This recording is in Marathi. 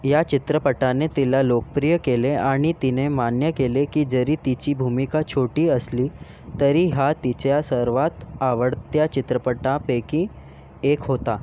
या चित्रपटाने तिला लोकप्रिय केले आणि तिने मान्य केले की जरी तिची भूमिका छोटी असली तरी हा तिच्या सर्वात आवडत्या चित्रपटांपैकी एक होता